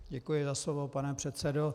Děkuji za slovo, pane předsedo.